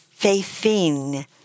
faithing